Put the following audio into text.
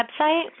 website